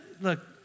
look